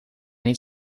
niet